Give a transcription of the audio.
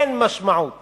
אין משמעות